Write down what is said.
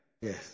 Yes